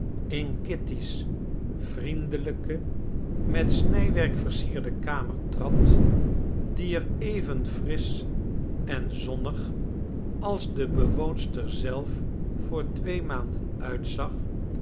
in kitty's vriendelijke met snijwerk versierde kamer trad die er even frisch en zonnig als de bewoonster zelf voor twee maanden uitzag